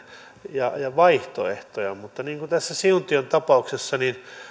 ja vaihtoehtoja mutta tässä siuntion tapauksessa